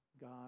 God